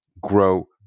grow